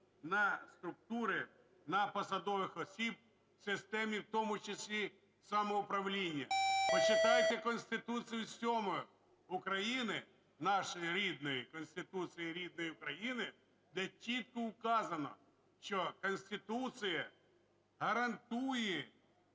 на структури, на посадових осіб в системі в тому числі самоуправління. Почитайте Конституцію, ….. сьому, України нашої рідної, Конституцію рідної України, де чітко указано, що Конституція гарантує